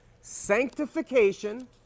sanctification